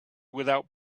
without